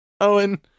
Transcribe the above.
Owen